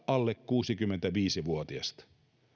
alle kuusikymmentäviisi vuotiasta